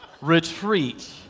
retreat